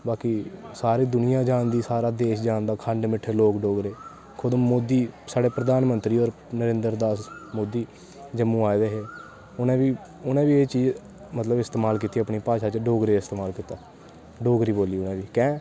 बाकी सारी दुनियां जानदी सारा देश जानदा खंड मिट्ठे लोग डोगरे खुद्द मोदी साढ़े प्रधानमंत्री होर नरेंह्र दास मोदी जम्मू आए दे हे उनैं बी एह् चीज़ मतलव कि इस्तेमाल कीती अपनी भाशा च डोगरी दा इस्तेमाल कीता डोगरी बोलनी भाई कैं